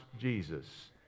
Jesus